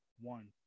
one